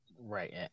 Right